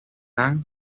dam